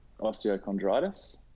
osteochondritis